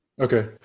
Okay